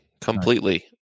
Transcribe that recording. Completely